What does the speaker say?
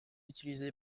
utilisé